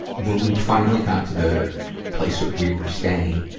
when we finally got to the place that we were staying,